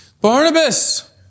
Barnabas